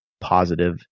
positive